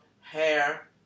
hair